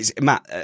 matt